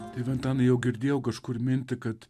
tėve antanai jau girdėjau kažkur mintį kad